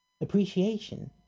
Appreciation